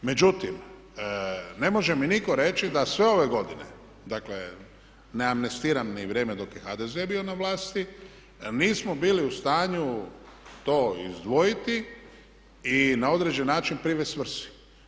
Međutim, ne može mi nitko reći da sve ove godine, dakle ne amnestiram ni vrijeme dok je HDZ bio na vlasti, nismo bili u stanju to izdvojiti i na određeni način privesti svrsi.